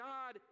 God